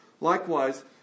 Likewise